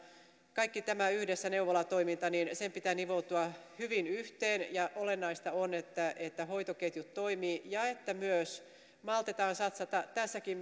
neuvolatoiminnan kaiken tämän yhdessä pitää nivoutua hyvin yhteen ja olennaista on että että hoitoketju toimii ja että maltetaan satsata tässäkin